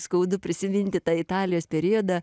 skaudu prisiminti tą italijos periodą